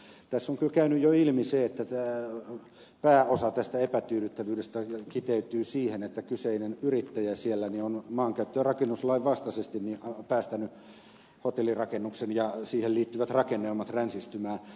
tässä on kyllä käynyt jo ilmi se että pääosa tästä epätyydyttävyydestä kiteytyy siihen että kyseinen yrittäjä siellä on maankäyttö ja rakennuslain vastaisesti päästänyt hotellirakennuksen ja siihen liittyvät rakennelmat ränsistymään